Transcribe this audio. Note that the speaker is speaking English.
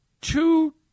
two